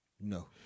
No